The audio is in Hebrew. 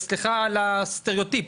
סליחה על הסטראוטיפ,